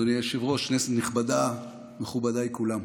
אדוני היושב-ראש, כנסת נכבדה, מכובדיי כולם,